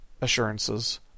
assurances